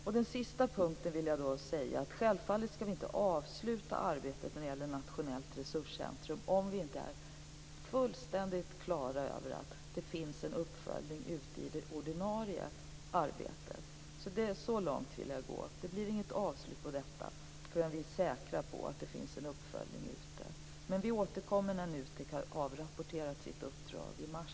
På den sista punkten vill jag säga att vi självfallet inte skall avsluta arbetet när det gäller nationellt resurscentrum, om vi inte är fullständigt klara över att det sker en uppföljning ute i det ordinarie arbetet. Så långt vill jag gå. Det blir alltså inget avslut på detta förrän vi är säkra på att det sker en uppföljning. Vi återkommer till denna fråga när NUTEK har avrapporterat sitt uppdrag i mars.